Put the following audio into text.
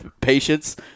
patience